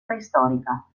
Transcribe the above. preistorica